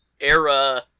era